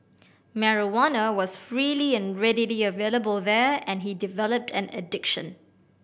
marijuana was freely and readily available there and he developed an addiction